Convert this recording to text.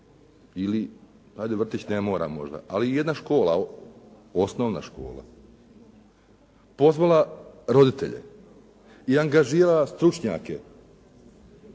škola, hajde vrtić ne mora možda, ali jedna škola, osnovna škola pozvala roditelje i angažirala stručnjake